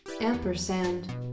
Ampersand